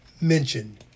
mentioned